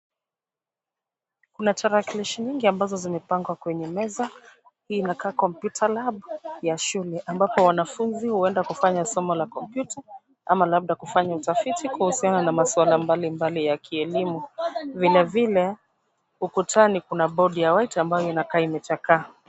Kuna tarakilishi nyingi ambazo zimepangwa kwenye meza, hii inakaa Computer lab ya shule ambapo wanafunzi huenda kufanya somo la Kompyuta ama kufanya utafiti kuhusiana na masuala mbalimbali ya kielimu. Vilevile ukutani kuna bodi ya white ambayo inakaa imechakaa.